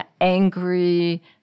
angry